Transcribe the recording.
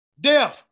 Death